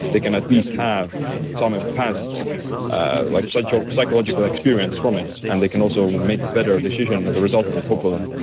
they can at least have some ah past ah like like so psychological experience from it. and they can also make better decision as a result of it, hopefully.